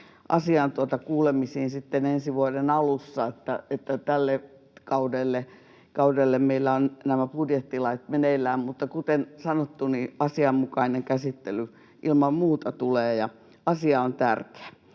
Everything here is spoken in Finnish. asian kuulemisiin sitten ensi vuoden alussa, tälle kaudelle meillä on nämä budjettilait meneillään. Mutta kuten sanottu, niin asianmukainen käsittely ilman muuta tulee ja asia on tärkeä.